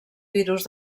virus